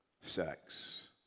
sex